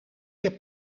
heb